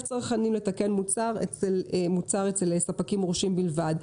צרכנים לתקן מוצר אצל ספקים מורשים בלבד.